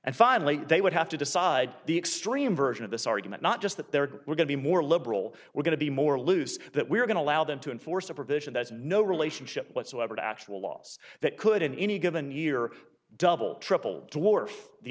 and finally they would have to decide the extreme version of this argument not just that they're going to be more liberal we're going to be more loose that we're going to allow them to enforce a provision there's no relationship whatsoever to actual laws that could in any given year double triple toward the